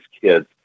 kids